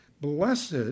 blessed